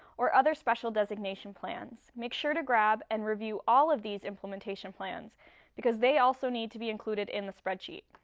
or other special designation plans. make sure to grab and review all of these implementation plans because they also need to be included in the spreadsheet.